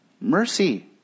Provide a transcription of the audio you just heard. mercy